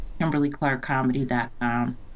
KimberlyClarkComedy.com